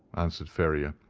answered ferrier.